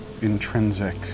intrinsic